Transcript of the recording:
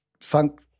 funk